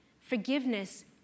Forgiveness